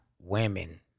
women